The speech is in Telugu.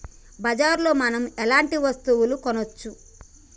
బజార్ లో మనం ఎలాంటి వస్తువులు కొనచ్చు?